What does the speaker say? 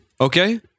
Okay